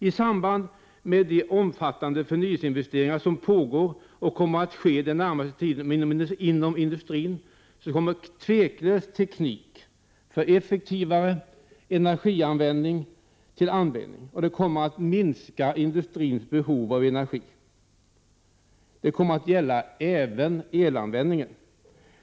I samband med de omfattande förnyelseinvesteringar som pågår och den närmaste tiden kommer att ske inom industrin kommer tveklöst teknik för effektivare energinyttjande till användning, och det kommer att minska industrins behov av energi. Det kommer att gälla även elanvändningen.